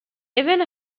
even